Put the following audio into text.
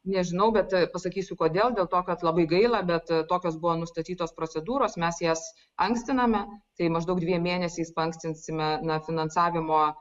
nežinau bet pasakysiu kodėl dėl to kad labai gaila bet tokios buvo nustatytos procedūros mes jas ankstiname tai maždaug dviem mėnesiais paankstinsime na finansavimo